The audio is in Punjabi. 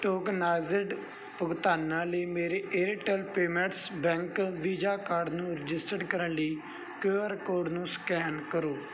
ਟੋਕਨਾਈਜ਼ਡ ਭੁਗਤਾਨਾਂ ਲਈ ਮੇਰੇ Airtel payments bank Visa card ਨੂੰ ਰਜਿਸਟਰ ਕਰਨ ਲਈ ਕਿਊ ਆਰ ਕੋਡ ਨੂੰ ਸਕੈਨ ਕਰੋ